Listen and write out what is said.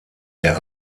der